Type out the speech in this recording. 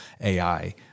AI